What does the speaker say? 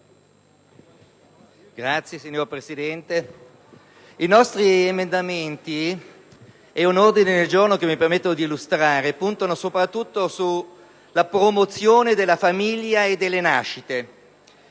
Signor Presidente, i nostri emendamenti e un ordine del giorno che mi permetto di illustrare puntano soprattutto sulla promozione della famiglia e delle nascite.